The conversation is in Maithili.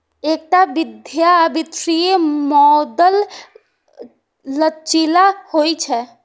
एकटा बढ़िया वित्तीय मॉडल लचीला होइ छै